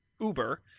Uber